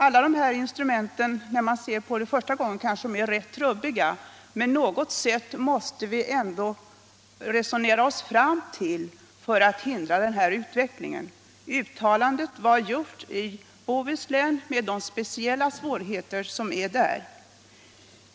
Alla de här instrumenten kan, när man ser på det hela första gången, verka rätt trubbiga. Men vi måste ändå resonera oss fram till något sätt att hindra den nuvarande utvecklingen. Mitt uttalande har jag gjort i Bohuslän med tanke på de speciella svårigheter som finns där.